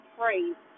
praise